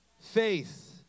Faith